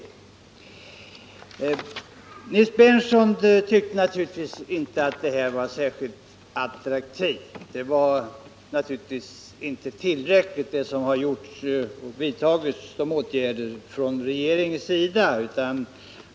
Men Nils Berndtson tycker naturligtvis inte att regeringens lösning är särskilt attraktiv utan menar, att de åtgärder som vidtagits inte är tillräckliga.